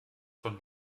von